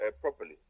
properly